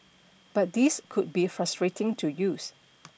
but these could be frustrating to use